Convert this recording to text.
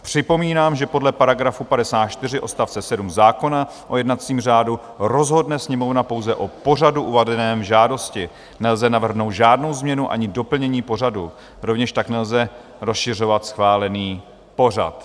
Připomínám, že podle § 54 odst. 7 zákona o jednacím řádu rozhodne Sněmovna pouze o pořadu uvedeném v žádosti, nelze navrhnout žádnou změnu ani doplnění pořadu, rovněž tak nelze rozšiřovat schválený pořad.